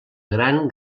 gran